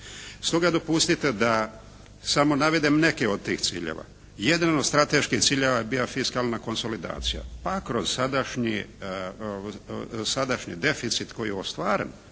Stoga dopustite da samo navedem neke od tih ciljeva. Jedan od strateških ciljeva je bia fiskalna konsolidacija. Pa kroz sadašnji deficit koji je ostvaren